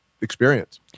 experience